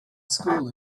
school